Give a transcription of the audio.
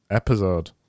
episode